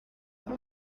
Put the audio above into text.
aho